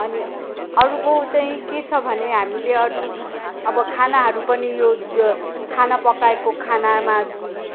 अनि अर्को चाहिँ के छ भने हामीले अरू अब खानाहरू पनि यो जो खाना पकाएको खानामा